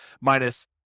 minus